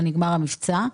נגמר המבצע.